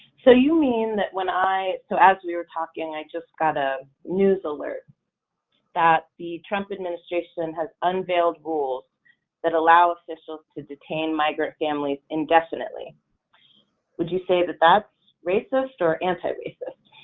so you mean when i so as we were talking i just got a news alert that the trump administration has unveiled rules that allow officials to detain migrant families indefinitely would you say that that racist or anti racist?